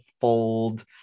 fold